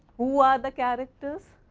who are the characters,